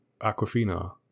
Aquafina